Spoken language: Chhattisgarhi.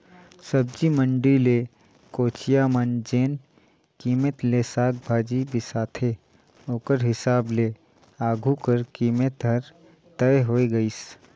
सब्जी मंडी ले कोचिया मन जेन कीमेत ले साग भाजी बिसाथे ओकर हिसाब ले आघु कर कीमेत हर तय होए गइस